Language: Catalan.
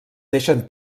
deixen